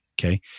Okay